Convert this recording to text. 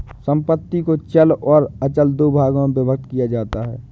संपत्ति को चल और अचल दो भागों में विभक्त किया जाता है